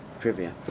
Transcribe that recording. trivia